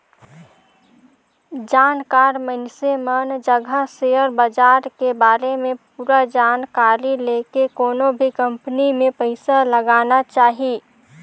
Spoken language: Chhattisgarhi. जानकार मइनसे मन जघा सेयर बाजार के बारे में पूरा जानकारी लेके कोनो भी कंपनी मे पइसा लगाना चाही